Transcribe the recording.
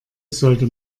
sollte